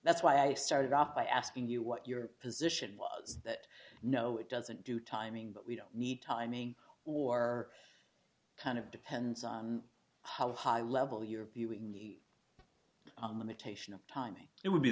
that's why i started off by asking you what your position was that no it doesn't do timing but we don't need timing or kind of depends on how high level you are viewing limitation of time it would be